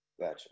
Gotcha